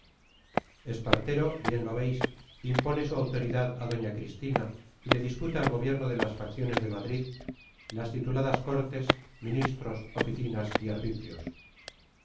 imprenta espartero bien lo veis impone su autoridad a doña cristina y le disputa el gobierno de las facciones de madrid las tituladas cortes ministros oficinas y arbitrios